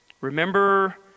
Remember